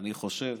אני חושב